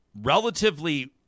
relatively